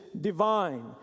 divine